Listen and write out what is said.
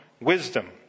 wisdom